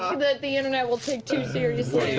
um that the internet will take too seriously,